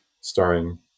starring